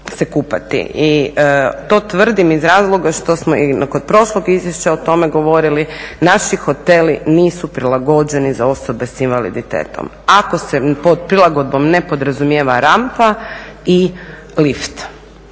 To tvrdim iz razloga što smo i kod prošlog izvješća o tome govorili. Naši hoteli nisu prilagođeni za osobe s invaliditetom, ako se pod prilagodbom ne podrazumijeva rampa i lift.